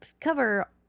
cover